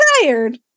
tired